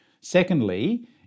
Secondly